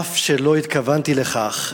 אף שלא התכוונתי לכך,